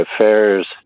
affairs